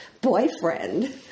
boyfriend